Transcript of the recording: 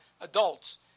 adults